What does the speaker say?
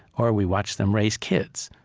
or we watch them raise kids.